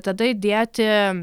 tada įdėti